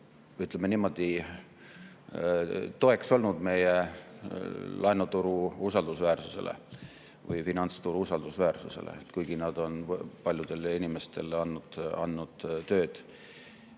ütleme niimoodi, toeks olnud meie laenuturu usaldusväärsusele või finantsturu usaldusväärsusele, kuigi nad on paljudele inimestele tööd